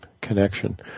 connection